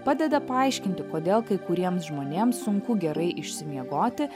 padeda paaiškinti kodėl kai kuriems žmonėms sunku gerai išsimiegoti